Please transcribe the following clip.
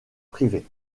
privée